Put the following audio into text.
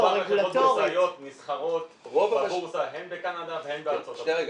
רוב החברות הבורסאיות נסחרות בבורסה הן בקנדה והן בארצות הברית.